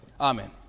Amen